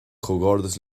comhghairdeas